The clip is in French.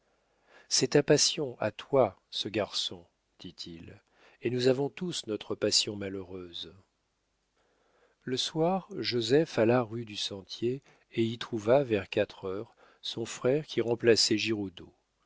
c'est ta passion à toi ce garçon dit-il et nous avons tous notre passion malheureuse le soir joseph alla rue du sentier et y trouva vers quatre heures son frère qui remplaçait giroudeau